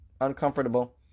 Uncomfortable